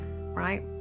Right